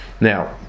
Now